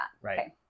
Right